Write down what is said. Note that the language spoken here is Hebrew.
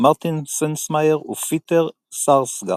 מרטין סנסמאייר ופיטר סארסגארד.